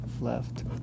left